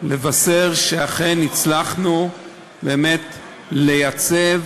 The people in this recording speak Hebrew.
לבשר שאכן הצלחנו באמת לייצב